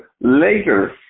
later